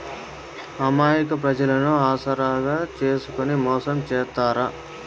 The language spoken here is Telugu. అమాయక ప్రజలను ఆసరాగా చేసుకుని మోసం చేత్తారు